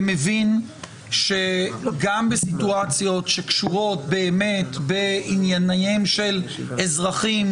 ומבין שגם בסיטואציות שקשורות באמת בענייניהם של אזרחים